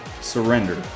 surrender